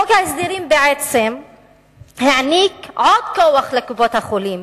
חוק ההסדרים נתן בעצם עוד כוח לקופות-החולים.